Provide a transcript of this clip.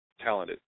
talented